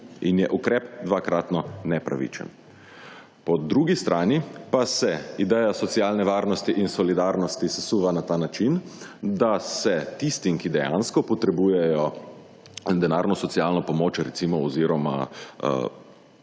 In je ukrep dvakratno nepravičen. Po drugi strani pa se ideja socialne varnosti in solidarnosti sesuva na ta način, da se tistim, ki dejansko potrebujejo denarno socialno pomoč oziroma